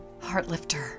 Heartlifter